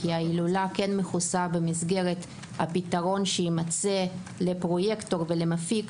כי ההילולה מכוסה במסגרת הפתרון שיימצא לפרויקטור ולמפיק,